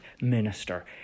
minister